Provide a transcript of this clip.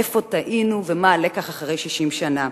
איפה טעינו ומה הלקח אחרי 60 שנה,